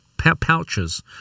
Pouches